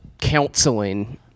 counseling